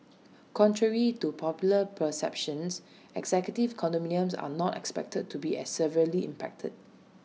contrary to popular perceptions executive condominiums are not expected to be as severely impacted